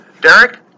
Derek